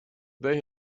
they